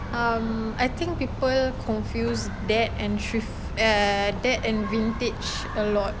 um I think people confuse that and thrift that and vintage a lot